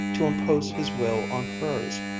to impose his will on hers,